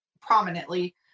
prominently